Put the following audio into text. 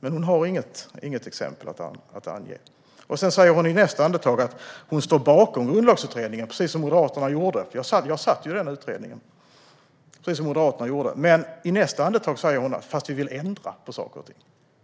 Men hon har inget exempel att ge. Hon säger också att hon står bakom Grundlagsutredningen, precis som Moderaterna gjorde när jag satt i den utredningen. Men i nästa andetag säger hon att hennes parti vill ändra på saker och ting.